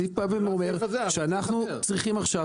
הסעיף בא ואומר שאנחנו צריכים עכשיו